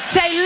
Say